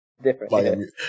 Different